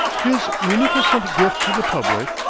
his munificent gift to the public,